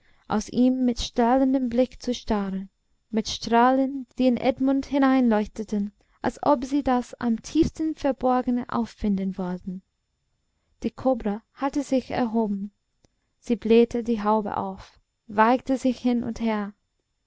aus ihm mit strahlendem blick zu starren mit strahlen die in edmund hineinleuchteten als ob sie das am tiefsten verborgene auffinden wollten die kobra hatte sich erhoben sie blähte die haube auf wiegte sich hin und her